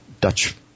Dutch